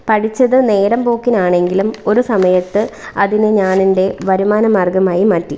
പഠിച്ചത് നേരമ്പോക്കിനാണെങ്കിലും ഒരു സമയത്ത് അതിനെ ഞാനെൻ്റെ വരുമാന മാർഗ്ഗമായി മാറ്റി